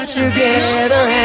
together